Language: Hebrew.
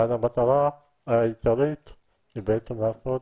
אבל המטרה העיקרית היא בעצם לעשות